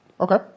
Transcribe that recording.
Okay